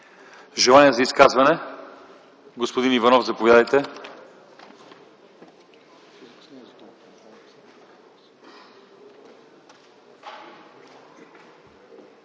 Желания за изказване? Господин Иванов, заповядайте.